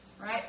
right